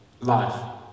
life